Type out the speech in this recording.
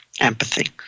empathy